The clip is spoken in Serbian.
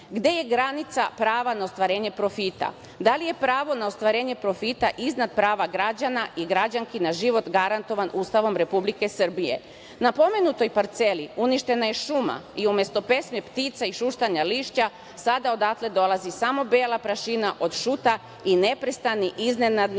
gde je granica prava na ostvarenje profita? Da li je pravo na ostvarenje profita iznad prava građana i građanki na životnu sredinu garantovan Ustavom Republike Srbije? Na pomenutoj parceli uništena je šuma i umesto pesme ptica i šutšanja lišća sada odatle dolazi samo bela prašina od šuta i neprestani iznenadni